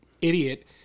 idiot